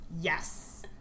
Yes